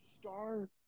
star